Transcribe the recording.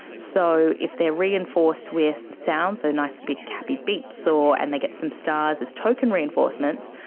so if they're reinforced with sounds, so nice big happy beeps, so and they get some stars as token reinforcements,